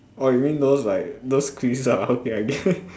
orh you mean those like those quiz ah okay I get it